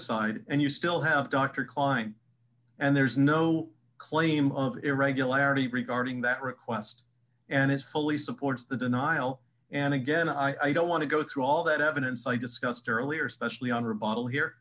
aside and you still have dr klein and there's no claim of irregularity regarding that request and it's fully supports the denial and again i don't want to go through all that evidence i discussed earlier especially on her bottle here